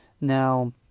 Now